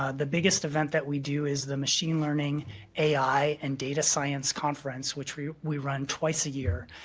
ah the biggest event that we do is the machine learning ai and data science conference, which we we run twice a year.